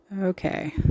Okay